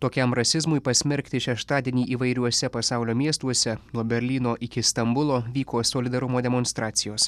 tokiam rasizmui pasmerkti šeštadienį įvairiuose pasaulio miestuose nuo berlyno iki stambulo vyko solidarumo demonstracijos